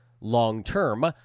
long-term